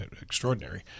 extraordinary